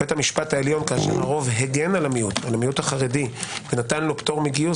בית המשפט העליון כשהגן על המיעוט החרדי ונתן לו פטור מגיוס